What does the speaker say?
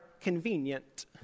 convenient